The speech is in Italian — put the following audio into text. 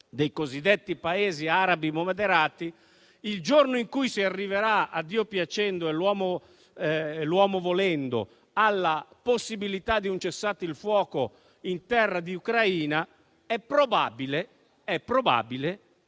dei cosiddetti Paesi arabi moderati, il giorno in cui si arriverà - a Dio piacendo e l'uomo volendo - alla possibilità di un cessate il fuoco in terra di Ucraina, è probabile